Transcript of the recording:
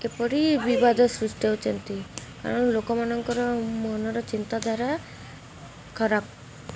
କିପରି ବିବାଦ ସୃଷ୍ଟି ହଉଛନ୍ତି କାରଣ ଲୋକମାନଙ୍କର ମନର ଚିନ୍ତାଧାରା ଖରାପ